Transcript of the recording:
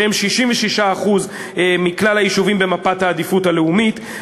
שהם 66% מכלל היישובים במפת העדיפות הלאומית,